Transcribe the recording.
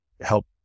help